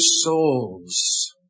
souls